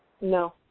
No